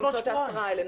יש בחירות בעוד שבועיים.